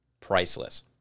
Priceless